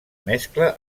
mescla